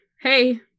Hey